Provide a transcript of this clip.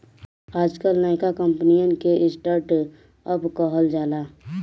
आजकल नयका कंपनिअन के स्टर्ट अप कहल जाला